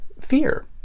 fear